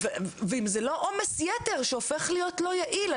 ואם זה לא עומס יתר שהופך להיות לא יעיל.